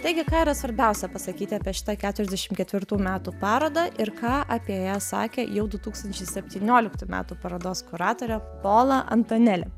taigi ką yra svarbiausia pasakyti apie šitą keturiasdešim ketvirtų metų parodą ir ką apie ją sakė jau du tūkstančiai septynioliktų metų parodos kuratorė pola antoneli